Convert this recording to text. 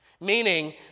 meaning